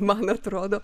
man atrodo